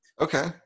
Okay